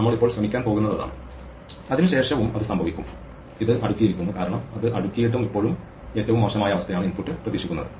നമ്മൾ ഇപ്പോൾ ശ്രമിക്കാൻ പോകുന്നത് അതാണ് അതിനു ശേഷവും അത് സംഭവിക്കും ഇത് അടുക്കിയിരിക്കുന്നു കാരണം അത് അടുക്കിയിട്ടും ഇപ്പോഴും ഏറ്റവും മോശമായ അവസ്ഥയാണ് ഇൻപുട്ട് പ്രതീക്ഷിക്കുന്നത്